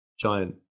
giant